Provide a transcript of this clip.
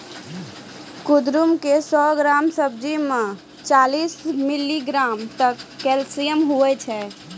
कुंदरू के सौ ग्राम सब्जी मे चालीस मिलीग्राम तक कैल्शियम हुवै छै